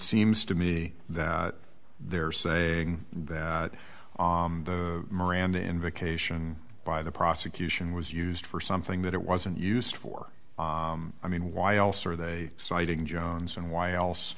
seems to me that they're saying that the miranda invocation by the prosecution was used for something that it wasn't used for i mean why else are they citing jones and why else